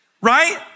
Right